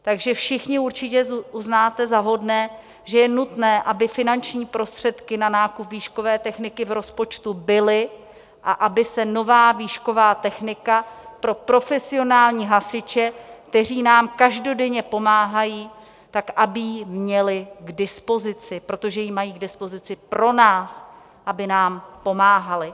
Takže všichni určitě uznáte za vhodné, že je nutné, aby finanční prostředky na nákup výškové techniky v rozpočtu byly a aby nová výšková technika pro profesionální hasiče, kteří nám každodenně pomáhají, byla k dispozici, protože ji mají k dispozici pro nás, aby nám pomáhali.